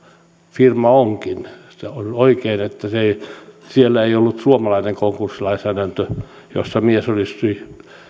firma onkin se on oikein että siellä ei ollut suomalainen konkurssilainsäädäntö jossa mies olisi